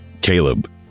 Caleb